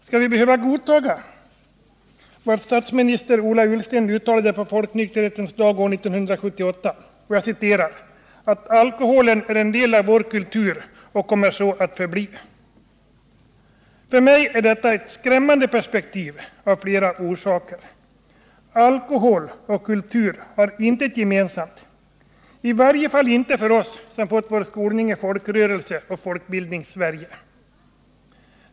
Skall vi behöva godta vad statsminister Ola Ullsten uttalade på folknykterhetens dag 1978, att ”alkoholen är en del av vår kultur och kommer så att förbli”? För mig är detta ett skrämmande perspektiv av flera orsaker. Alkohol och kultur har intet gemensamt, i varje fall inte för oss som fått vår skolning i Folkrörelseoch Folkbildningssverige.